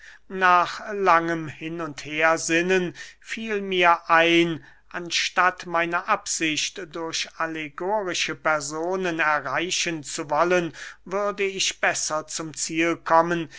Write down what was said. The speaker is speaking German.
nach langem hin und hersinnen fiel mir ein anstatt meine absicht durch allegorische personen erreichen zu wollen würde ich besser zum ziel kommen